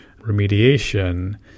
remediation